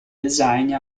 design